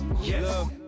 yes